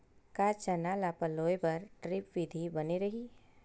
का चना ल पलोय बर ड्रिप विधी बने रही?